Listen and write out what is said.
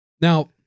Now